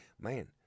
man